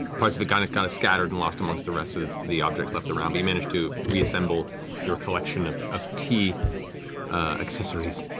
parts of it got and kind of scattered and lost amongst the rest of the objects left around, but you manage to reassemble so your collection of of tea accessories.